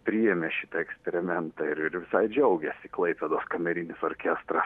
priėmė šitą eksperimentą ir ir visai džiaugėsi klaipėdos kamerinis orkestras